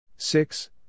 Six